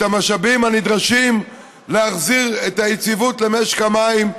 את המשאבים הנדרשים להחזיר את היציבות למשק המים,